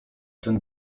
ten